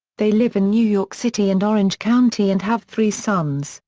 they live in new york city and orange county and have three sons,